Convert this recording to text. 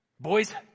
boys